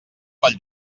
pel